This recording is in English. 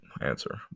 answer